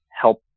help